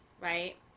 right